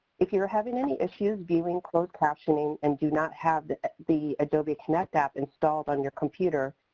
if you are having any issues viewing closed captioning and do not have the the adobe connect app installed on your computer,